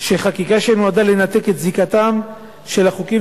שחקיקה שנועדה לנתק את זיקתם של החוקים